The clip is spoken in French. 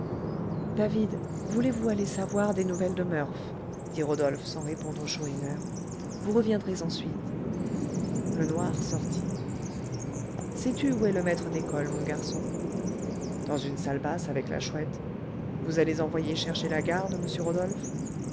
david voulez-vous aller savoir des nouvelles de murph dit rodolphe sans répondre au chourineur vous reviendrez ensuite le noir sortit sais-tu où est le maître d'école mon garçon dans une salle basse avec la chouette vous allez envoyer chercher la garde monsieur rodolphe